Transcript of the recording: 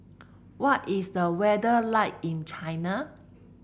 what is the weather like in China